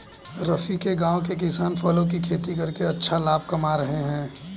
रफी के गांव के किसान फलों की खेती करके अच्छा लाभ कमा रहे हैं